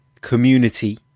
community